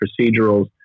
procedurals